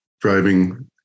driving